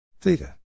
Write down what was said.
Theta